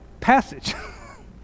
passage